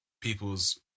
People's